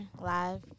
live